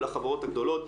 ולחברות הגדולות.